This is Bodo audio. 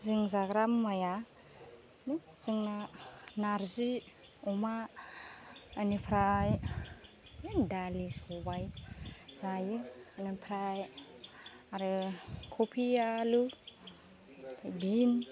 जों जाग्रा मुवाया जोंना नारजि अमा बेनिफ्राय दालि सबाय जायो बेनिफ्राय आरो खफि आलु बिन